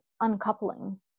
uncoupling